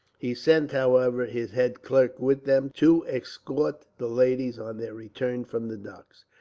he sent, however, his head clerk with them, to escort the ladies on their return from the docks.